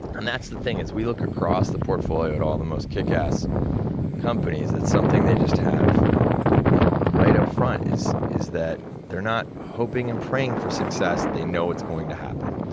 and, that's the thing. as we look across the portfolios at all the most kickass companies, it's something they just have right up front, is is they're not hoping and praying for success, they know it's going to happen.